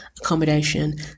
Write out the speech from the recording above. accommodation